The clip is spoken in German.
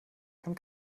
kann